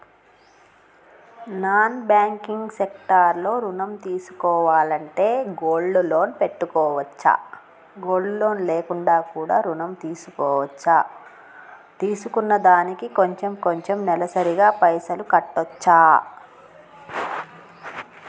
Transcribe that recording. Non banking sector లో ఋణం తీసుకోవాలంటే గోల్డ్ లోన్ పెట్టుకోవచ్చా? గోల్డ్ లోన్ లేకుండా కూడా ఋణం తీసుకోవచ్చా? తీసుకున్న దానికి కొంచెం కొంచెం నెలసరి గా పైసలు కట్టొచ్చా?